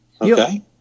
Okay